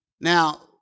Now